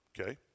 Okay